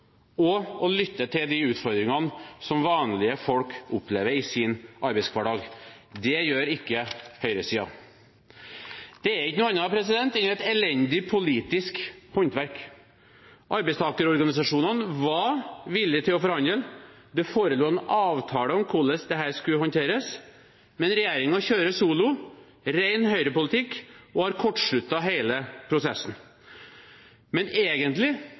og å lytte til de utfordringene som vanlige folk opplever i sin arbeidshverdag. Det gjør ikke høyresiden. Det er ikke noe annet enn et elendig politisk håndverk. Arbeidstakerorganisasjonene var villige til å forhandle, det forelå en avtale om hvordan dette skulle håndteres, men regjeringen kjører solo, ren høyrepolitikk, og har kortsluttet hele prosessen. Egentlig